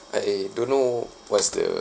I don't know what's the